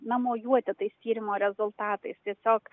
na mojuoti tais tyrimo rezultatais tiesiog